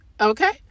Okay